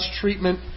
treatment